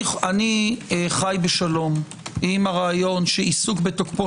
אני חי בשלום עם הרעיון שעיסוק בתוקפו